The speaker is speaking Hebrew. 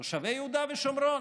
תושבי יהודה ושומרון.